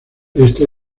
este